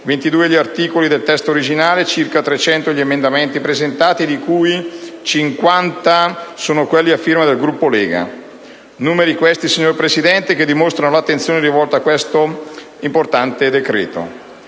gli articoli del testo originale, circa 300 sono gli emendamenti presentati, di cui 50 sono quelli a firma del Gruppo Lega Nord e Autonomie. Tali numeri, signora Presidente, dimostrano l'attenzione rivolta a questo importante